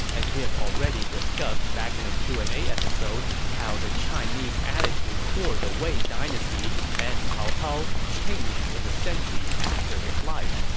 and we have already discussed back in the q and a episode how the chinese's attitude toward the wei dynasty and cao cao changed in the centuries after his life.